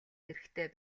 хэрэгтэй